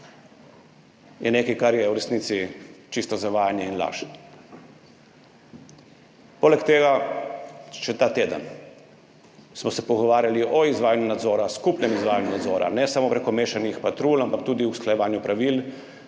je nekaj, kar je v resnici čisto zavajanje in laž. Poleg tega smo se še ta teden pogovarjali o izvajanju nadzora, skupnem izvajanju nadzora, ne samo preko mešanih patrulj, ampak tudi o usklajevanju pravil